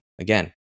again